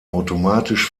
automatisch